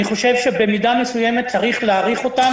אני חושב שבמידה מסוימת צריך להאריך אותן